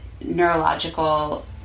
neurological